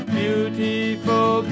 beautiful